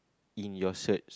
in your search